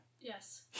Yes